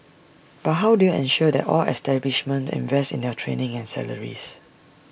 but how do you ensure that all establishments invest in their training and salaries